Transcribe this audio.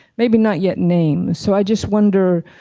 maybe not yet name. so i just wonder,